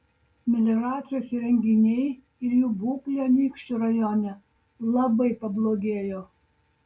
melioracijos įrenginiai ir jų būklė anykščių rajone labai pablogėjo